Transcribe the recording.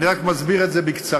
אני רק מסביר את זה בקצרה.